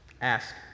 Ask